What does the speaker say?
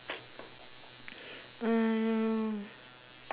mm